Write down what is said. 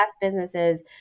businesses